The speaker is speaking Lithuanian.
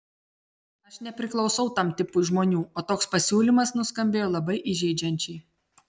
aš nepriklausau tam tipui žmonių o toks pasiūlymas nuskambėjo labai įžeidžiančiai